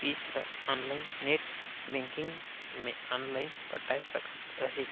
पीस ल online net banking मे online पटाय सकत अहें